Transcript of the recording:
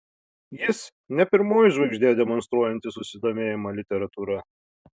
jis ne pirmoji žvaigždė demonstruojanti susidomėjimą literatūra